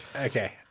okay